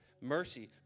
mercy